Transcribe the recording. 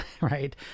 right